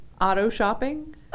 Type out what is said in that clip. auto-shopping